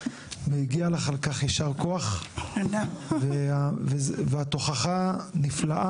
מגיע לך על כך יישר כוח; את הוכחה נפלאה